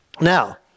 Now